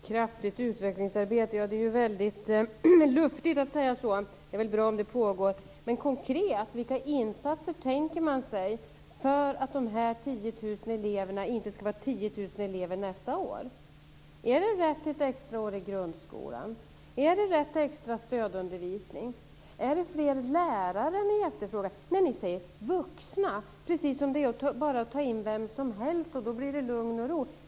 Fru talman! Kraftigt utvecklingsarbete - det är ju väldigt luftigt att säga så. Det är väl bra om detta pågår. Men vilka insatser tänker man sig konkret för att de här tiotusen eleverna inte ska vara tiotusen elever nästa år? Är det rätt till ett extra år i grundskolan? Är det rätt till extra stödundervisning? Är det fler lärare ni efterfrågar? Ni säger "vuxna", precis som om det bara är att ta in vem som helst och så blir det lugn och ro.